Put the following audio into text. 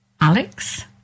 Alex